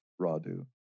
Radu